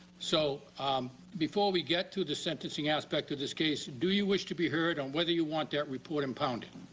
so before we get to the sentencing aspect of this case, do you wish to be heard on whether you want that report impounded